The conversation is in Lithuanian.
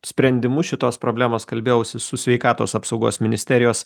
sprendimus šitos problemos kalbėjausi su sveikatos apsaugos ministerijos